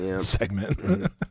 segment